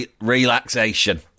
relaxation